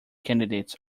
candidates